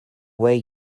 way